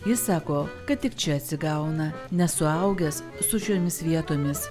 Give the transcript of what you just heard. jis sako kad tik čia atsigauna nes suaugęs su šiomis vietomis